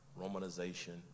Romanization